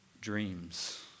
dreams